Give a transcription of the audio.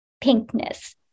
pinkness